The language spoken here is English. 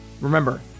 Remember